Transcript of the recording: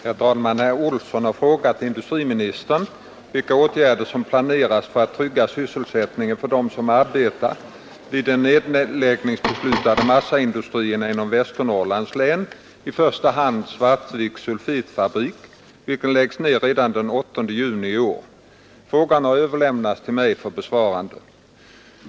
Herr talman! Herr Olsson i Timrå har frågat industriministern vilka åtgärder som planeras för att trygga sysselsättningen för dem som arbetar vid de nedläggningsbeslutade massaindustrierna inom Västernorrlands län — i första hand Svartviks sulfitfabrik, vilken läggs ned redan den 8 juni i år. Frågan har överlämnats till mig för besvarande.